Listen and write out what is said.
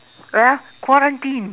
well quarantine